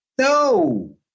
No